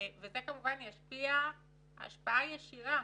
וזה ישפיע השפעה ישירה